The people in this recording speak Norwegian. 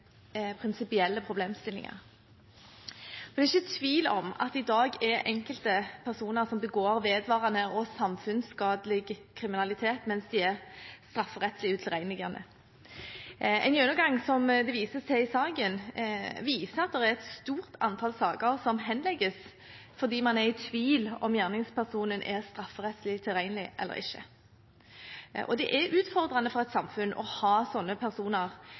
prinsipielle problemstillinger. Det er ikke tvil om at det i dag er enkelte personer som vedvarende begår samfunnsskadelig kriminalitet mens de er strafferettslig utilregnelige. En gjennomgang som det vises til i saken, viser at det er et stort antall saker som henlegges fordi man er i tvil om gjerningspersonen er strafferettslig tilregnelig eller ikke. Det er utfordrende for et samfunn å ha slike personer